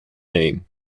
name